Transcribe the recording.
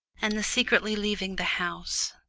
and the secretly leaving the house,